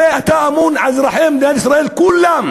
הרי אתה אמון על אזרחי מדינת ישראל כולם,